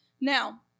Now